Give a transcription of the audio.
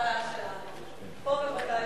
אין מתנגדים,